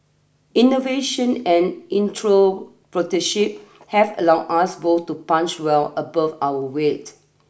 innovation and have allowed us both to punch well above our weight